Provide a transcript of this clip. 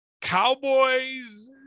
Cowboys